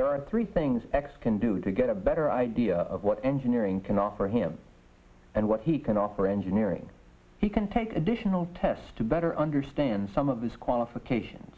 there are three things x can do to get a better idea of what engineering can offer him and what he can offer engineering he can take additional tests to better understand some of his qualifications